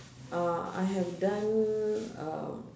uh I have done uh